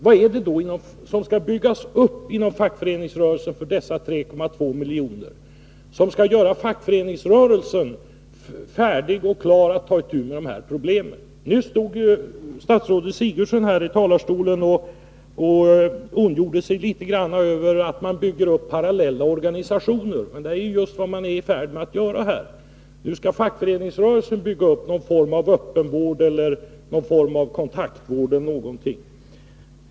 Vad är det som skall byggas upp inom fackföreningsrörelsen för dessa 3,2 milj.kr. som skall göra fackföreningsrörelsen klar att ta itu med dessa problem? Statsrådet Sigurdsen stod här i talarstolen och ondgjorde sig över att man bygger upp parallella organisationer, men det är ju just vad man är i färd med att göra här. Nu skall fackföreningsrörelsen bygga upp någon form av öppenvård, någon form av kontaktvård eller liknande.